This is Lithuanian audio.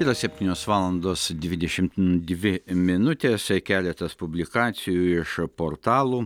yra septynios valandos dvidešim dvi minutės ir keletas publikacijų iš portalų